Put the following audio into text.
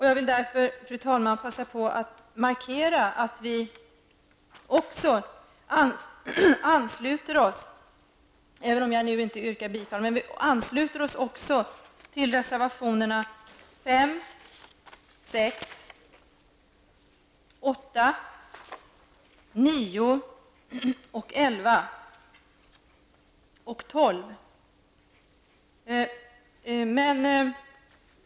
Jag vill därför, fru talman, passa på att markera att vi också ansluter oss -- även om jag nu inte yrkar bifall -- till reservationerna nr 5, 6, 8, 9, 11 och 12.